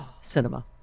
cinema